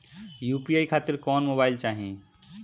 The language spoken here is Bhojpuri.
यू.पी.आई खातिर कौन मोबाइल चाहीं?